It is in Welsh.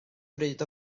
bryd